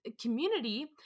Community